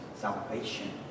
Salvation